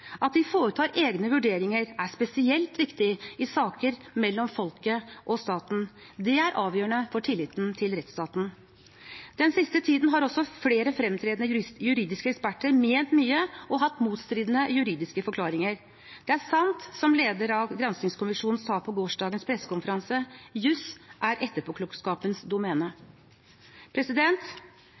At de foretar egne vurderinger, er spesielt viktig i saker mellom folket og staten. Det er avgjørende for tilliten til rettsstaten. Den siste tiden har også flere fremtredende juridiske eksperter ment mye og hatt motstridende juridiske forklaringer. Det er sant som lederen av granskningskommisjonen sa på gårsdagens pressekonferanse: Juss er etterpåklokskapens domene.